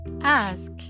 ask